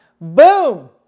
Boom